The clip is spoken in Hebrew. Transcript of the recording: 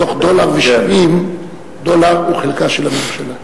מתוך דולר ו-70, דולר הוא חלקה של הממשלה.